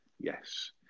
Yes